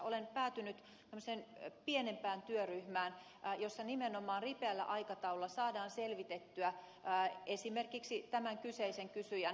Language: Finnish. olen päätynyt tämmöiseen pienempään työryhmään jossa nimenomaan ripeällä aikataululla saadaan selvitettyä esimerkiksi tämän kyseisen kysyjän asia